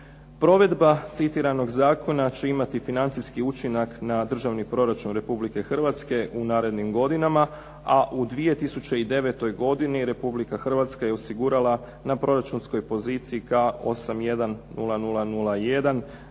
Provedba citiranog Zakona će imati financijski učinak na državni proračun Republike Hrvatske u narednim godinama, a u 2009. godini Republika Hrvatska je osigurala na proračunskoj poziciji K810001